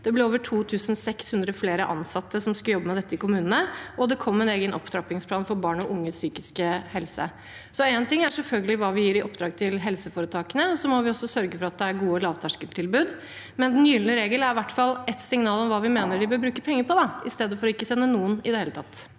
Det ble over 2 600 flere ansatte som skulle jobbe med dette i kommunene, og det kom en egen opptrappingsplan for barn og unges psykiske helse. Én ting er selvfølgelig hva vi gir i oppdrag til helseforetakene, og så må vi også sørge for at det er gode lavterskeltilbud. Men den gylne regel er i hvert fall et signal om hva vi mener vi bør bruke penger på, i stedet for å ikke sende noen i det hele tatt.